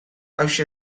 hauxe